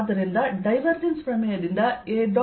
ಆದ್ದರಿಂದ ಡೈವರ್ಜೆನ್ಸ್ ಪ್ರಮೇಯದಿಂದ A